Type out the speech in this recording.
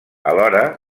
alhora